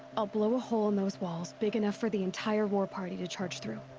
i'll blow a hole in those walls big enough for the entire war party to charge through.